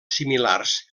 similars